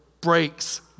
breaks